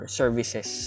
services